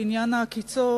בעניין העקיצות.